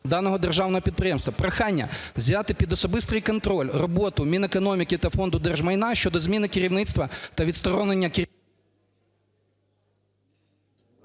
даного державного підприємства. Прохання взяти під особистий контроль роботу Мінекономіки та Фонду держмайна щодо зміни керівництва та відсторонення…